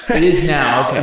it is now.